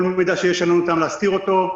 כל מידע שיש לנו, ניתן להסתיר אותו.